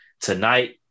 tonight